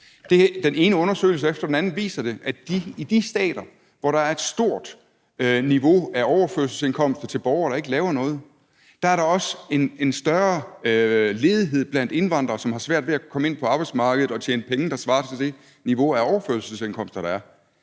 Den ene undersøgelse efter den anden viser det: I de stater, hvor der er et højt niveau af overførselsindkomster til borgere, der ikke laver noget, er der også en større ledighed blandt indvandrere, som har svært ved at komme ind på arbejdsmarkedet og tjene penge, der svarer til det niveau af overførselsindkomster, der er.